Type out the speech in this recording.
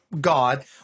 God